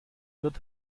wird